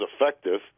effective